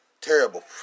Terrible